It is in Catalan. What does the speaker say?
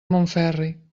montferri